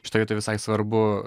šitoj vietoj visai svarbu